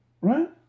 right